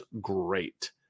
great